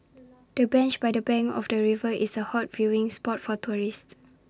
the bench by the bank of the river is A hot viewing spot for tourists